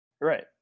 right